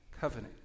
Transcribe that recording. covenant